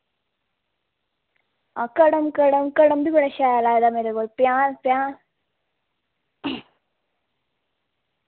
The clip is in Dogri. हां कड़म कड़म कड़म बी बड़ा शैल आए दा मेरे कोल पंजाह् पंजाह्